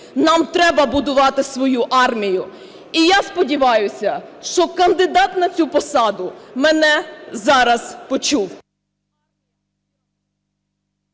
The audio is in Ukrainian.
Нам треба будувати свою армію. І я сподіваюся, що кандидат на цю посаду мене зараз почув.